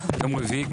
רביעי,